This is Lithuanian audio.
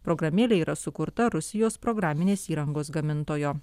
programėlė yra sukurta rusijos programinės įrangos gamintojo